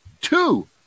two